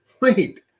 Wait